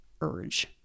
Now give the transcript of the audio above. urge